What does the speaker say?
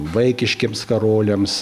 vaikiškiems karoliams